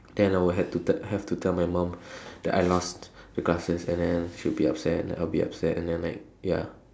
then I will have to tell have to tell my mum that I lost my glasses and then she'll be upset and I'll be upset and then like ya